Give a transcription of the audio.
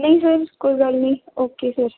ਨਹੀਂ ਸਰ ਕੋਈ ਗੱਲ ਨਹੀਂ ਓਕੇ ਸਰ